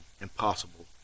impossible